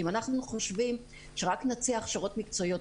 אם אנחנו חושבים שרק נציע הכשרות מקצועיות,